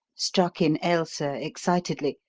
struck in ailsa excitedly,